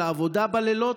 על העבודה בלילות.